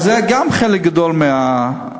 אז זה גם חלק גדול מהגירעון.